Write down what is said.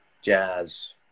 jazz